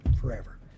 forever